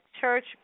church